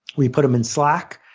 we put them in slack,